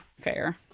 fair